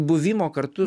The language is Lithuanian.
buvimo kartu